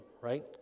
right